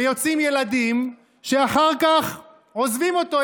ויוצאים ילדים שאחר כך עוזבים אותו,